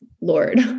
Lord